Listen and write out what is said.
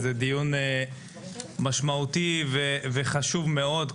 זה דיון משמעותי וחשוב מאוד.